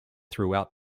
throughout